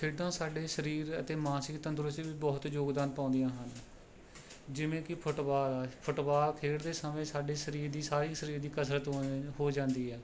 ਖੇਡਾਂ ਸਾਡੇ ਸਰੀਰ ਅਤੇ ਮਾਨਸਿਕ ਤੰਦਰੁਸਤੀ ਵਿੱਚ ਬਹੁਤ ਯੋਗਦਾਨ ਪਾਉਂਦੀਆ ਹਨ ਜਿਵੇਂ ਕਿ ਫੁੱਟਬਾਲ ਫੁੱਟਬਾਲ ਖੇਡਦੇ ਸਮੇਂ ਸਾਡੇ ਸਰੀਰ ਦੀ ਸਾਰੇ ਸਰੀਰ ਦੀ ਕਸਰਤ ਹੋ ਜਾਂਦੀ ਹੈ